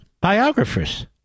biographers